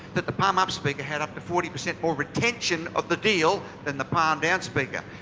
that the palm up speaker had up to forty percent more retention of the deal than the palm down speaker.